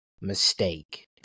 mistake